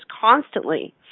constantly